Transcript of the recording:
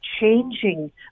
changing